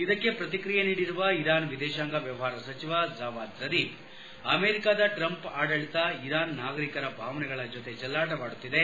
ಇದಕ್ಕೆ ಪ್ರತಿಕ್ರಿಯೆ ನೀಡಿರುವ ಇರಾನ್ ವಿದೇಶಾಂಗ ವ್ಲವಹಾರ ಸಚಿವ ಜವಾದ್ ಝರೀಫ್ ಅಮೆರಿಕದ ಟ್ರಂಪ್ ಆಡಳಿತ ಇರಾನ್ ನಾಗರಿಕ ಭಾವನೆಗಳ ಜತೆ ಚೆಲ್ನಾಟವಾಡುತ್ತಿದ್ದಾರೆ